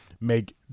make